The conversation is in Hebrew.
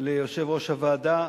ליושב-ראש הוועדה,